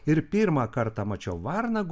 ir pirmą kartą mačiau varną